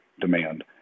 demand